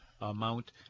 amount